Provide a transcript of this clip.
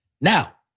Now